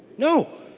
no.